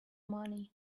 money